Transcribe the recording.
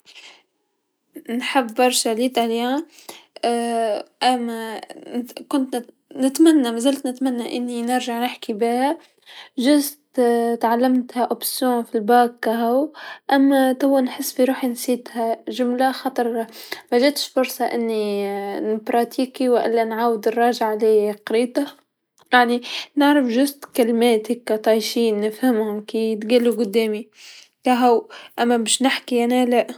نحب برشا طليانيا أما كنت نت-نتمنى مازلت نتمنى أني نرجع نحكي بيها برك تعلمتها خيار في الباك أهو، أما توا نحسي بروحي نسيتها جمله لخاطر مجاتش قرصه أني نبراتيكي و لا نعاود نراجع لقريته، أني نعرف برك كلمات هكا طايشين نفهمهم كيتقالو قدامي أهو أما باش نحكي أنا لا.